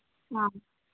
ꯑ